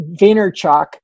Vaynerchuk